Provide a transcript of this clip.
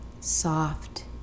soft